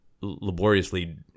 laboriously